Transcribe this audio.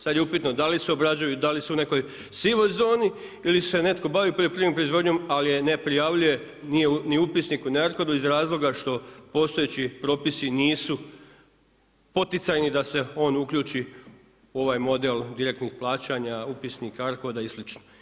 Sada je upitno da li se obrađuju, da li su u nekoj sivoj zoni ili se netko bavi poljoprivrednom proizvodnjom ali je ne prijavljuje, niti ni u upisniku, niti ARCOD-u iz razloga što postojeći propisi nisu poticajni da se on uključi u ovaj model direktnih plaćanja, upisnik, ARCOD-a i sl.